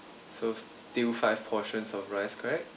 so still five portions of rice correct